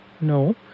No